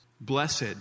Blessed